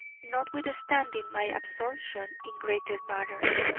notwithstanding my absorption in greater matters.